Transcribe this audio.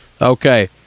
Okay